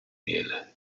miele